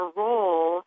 role